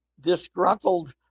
disgruntled